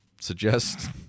suggest